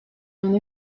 non